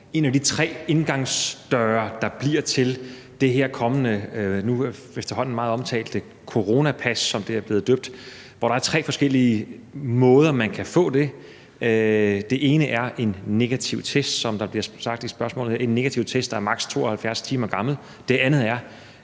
en af de tre indgangsdøre i det, der bliver til det her kommende og efterhånden meget omtalte coronapas, som det er blevet døbt. Der er tre forskellige måder, hvorpå man kan få det. Den ene er en negativ test – som der bliver sagt i spørgsmålet – der er maks. 72 timer gammel. Den anden er